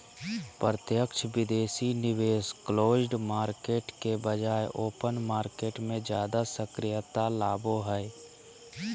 प्रत्यक्ष विदेशी निवेश क्लोज्ड मार्केट के बजाय ओपन मार्केट मे ज्यादा सक्रियता लाबो हय